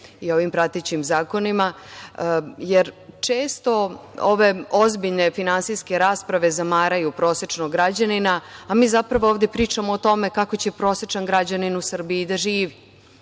i ovim pratećim zakonima. Često ove ozbiljne finansijske rasprave zamaraju prosečnog građanina, a mi zapravo ovde pričamo o tome kako će prosečan građanin u Srbiji da živi,